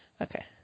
Okay